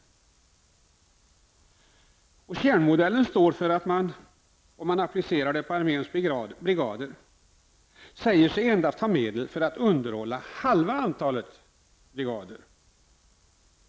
Kärnmodellen står då för att man, applicerad på arméns brigadeer, säger sig endast ha medel för att underhålla halva antalet brigader.